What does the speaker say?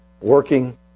working